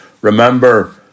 remember